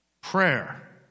Prayer